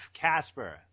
Casper